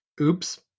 Oops